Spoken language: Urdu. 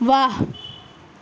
واہ